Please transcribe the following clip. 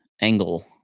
angle